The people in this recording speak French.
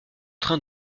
train